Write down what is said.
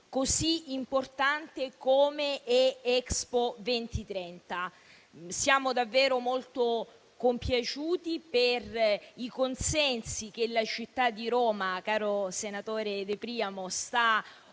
così importante come Expo 2030. Siamo davvero molto compiaciuti per i consensi che la città di Roma sta ottenendo, caro senatore De Priamo.